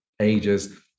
ages